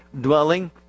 dwelling